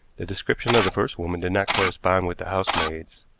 the description of the first woman did not correspond with the housemaid's,